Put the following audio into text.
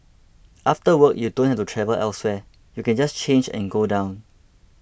after work you don't have to travel elsewhere you can just change and go down